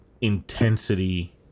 intensity